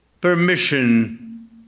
permission